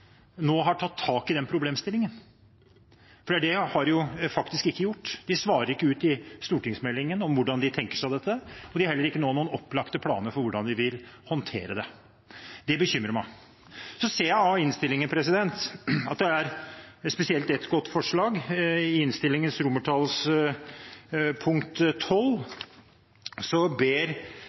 har tatt tak i den problemstillingen – for det har de faktisk ikke gjort. De svarer ikke i stortingsmeldingen på hvordan de tenker seg dette, og de har heller ikke noen opplagte planer for hvordan de vil håndtere det. Det bekymrer meg. Så ser jeg i innstillingen spesielt ett godt forslag. I innstillingens XII ber det som er komiteens flertall, men som ikke er flertall i